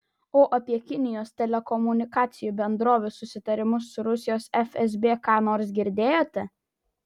o apie kinijos telekomunikacijų bendrovių susitarimus su rusijos fsb ką nors girdėjote